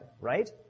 right